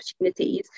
opportunities